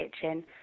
kitchen